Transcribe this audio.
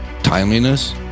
timeliness